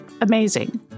amazing